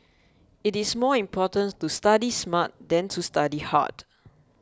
it is more important to study smart than to study hard